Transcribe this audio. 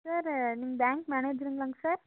sir நீங்க bank மேனேஜருங்களாங் sir